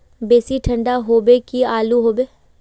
बेसी ठंडा होबे की आलू होबे